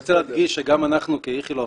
אני רוצה להדגיש שגם אנחנו כאיכילוב,